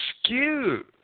excuse